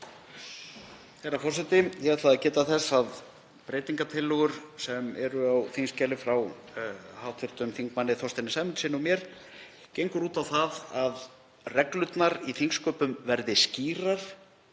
Herra forseti. Ég ætlaði að geta þess að breytingartillagan sem er á þingskjali frá hv. þm. Þorsteini Sæmundssyni og mér gengur út á það að reglurnar í þingsköpum verði skýrar